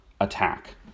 attack